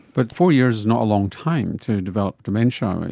but four years is not a long time to develop dementia.